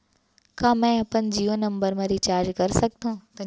का मैं अपन जीयो नंबर म रिचार्ज कर सकथव?